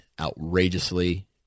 outrageously